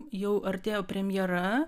jau artėjo premjera